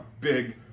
big